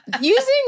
Using